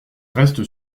reste